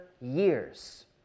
years